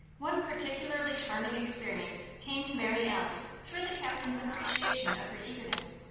one particularly charming experience came to mary alice through the captain's appreciation of her eagerness.